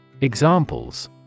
Examples